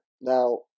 Now